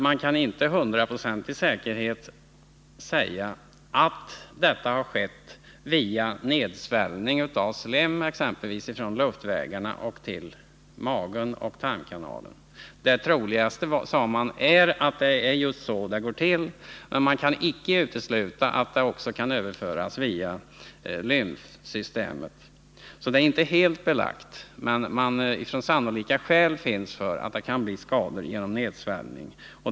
Man kunde inte med hundraprocentig säkerhet säga att skadorna i dessa fall uppkommit via nedsväljning exempelvis av slem från luftvägarna till magen och tarmkanalen. Det troligaste, sade man, är att det är just så det går till, men det kan inte uteslutas att sjukdomen kan överföras via lymfsystemet. Även om sambandet inte är helt klarlagt, talar sannolika skäl för att det kan bli skador genom nedsväljning.